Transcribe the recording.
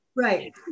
Right